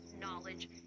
knowledge